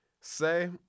Say